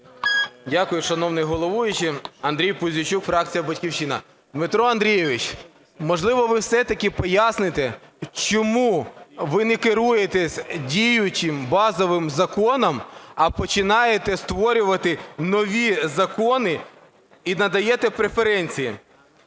Дякую, шановний головуючий. Андрій Пузійчук, фракція "Батьківщина". Дмитро Андрійович, можливо, ви все-таки поясните, чому ви не керуєтесь діючим базовим законом, а починаєте створювати нові закони і надаєте преференції?